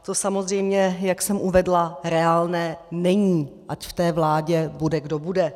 To samozřejmě, jak jsem uvedla, reálné není, ať v té vládě bude kdo bude.